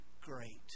great